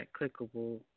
clickable